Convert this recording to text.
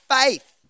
faith